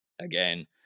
Again